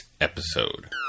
episode